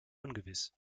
ungewiss